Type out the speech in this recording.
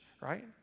Right